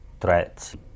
threats